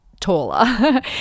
taller